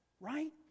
Right